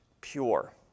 pure